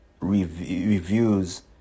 reviews